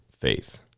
faith